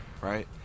right